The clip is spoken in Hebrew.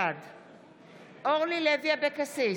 בעד אורלי לוי אבקסיס,